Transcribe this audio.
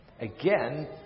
again